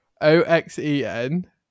Oxen